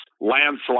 landslide